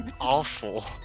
awful